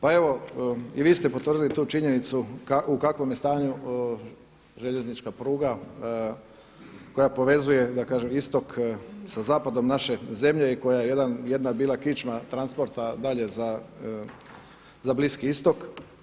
Pa evo i vi ste potvrdili tu činjenicu u kakvom je stanju željeznička pruga koja povezuje da kažem istok sa zapadom naše zemlje i koja je jedna bila kičma transporta dalje za Bliski istok.